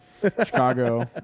Chicago